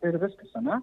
ir viskas ane